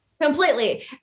Completely